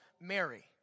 Mary